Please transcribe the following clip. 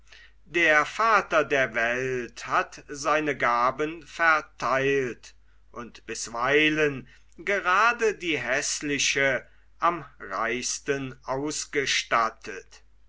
der vater der welt hat seine gaben vertheilt und bisweilen grade die häßliche am reichsten ausgestattet